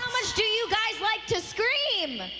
do you guys like to scream?